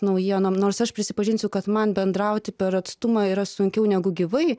naujienom nors aš prisipažinsiu kad man bendrauti per atstumą yra sunkiau negu gyvai